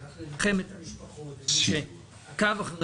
מי שניחם את המשפחות ומי שעקב אחרי